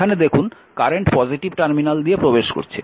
এখানে দেখুন current positive terminal দিয়ে প্রবেশ করছে